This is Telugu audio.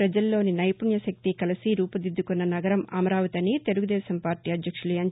పజల్లోని నైపుణ్య శక్తి కలిసి రూపుదిద్దుకున్న నగరం అమరావతి అని తెలుగు దేశం పార్షీ అధ్యక్షులు ఎన్